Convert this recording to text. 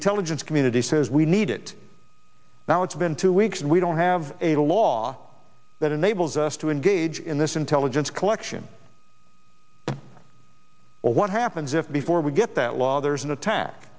intelligence community says we need it now it's been two weeks and we don't have a law that enables us to engage in this intelligence collection or what happens if before we get that law there's an attack